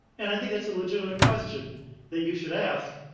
and i think it's a legitimate question that you should ask.